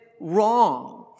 wrong